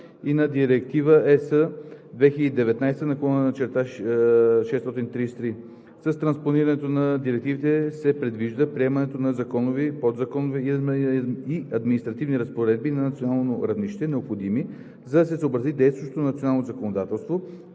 и на Директива (ЕС) 2019/633. С транспонирането на директивите се предвижда приемането на законови, подзаконови и административни разпоредби на национално равнище, необходими, за да се съобрази действащото национално законодателство